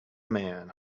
man